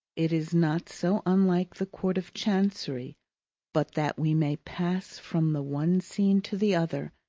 it is not so unlike the court of chancery but that we may pass from the one scene to the other,